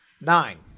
Nine